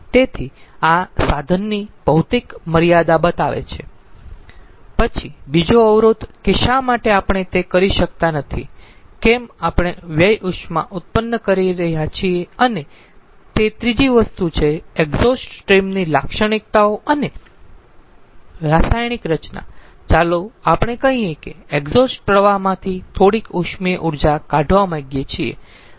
તેથી આ સાધનની ભૌતિક મર્યાદા બતાવે છે પછી બીજો અવરોધ કે શા માટે આપણે તે કરી શકતા નથી કેમ આપણે વ્યય ઉષ્મા ઉત્પન્ન કરી રહ્યા છીએ અને તે ત્રીજી વસ્તુ છે એક્ઝોસ્ટ સ્ટ્રીમ્સની લાક્ષણિકતાઓ અને રાસાયણિક રચનાચાલો આપણે કહીએ કે આપણે એક્ઝોસ્ટ પ્રવાહમાંથી થોડીક ઉષ્મીય ઊર્જા કાઢવા માંગીએ છીએ